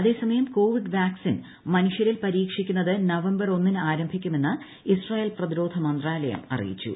അതേസമയം Covid vaccine മനുഷ്യരിൽ പരീക്ഷിക്കുന്നത് നവംബർ ഒന്നിന് ആരംഭിക്കുമെന്ന് ഇസ്രയേൽ പ്രതിരോധ മന്ത്രാലയം അറിയിച്ചു